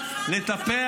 אגב,